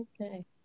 Okay